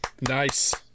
Nice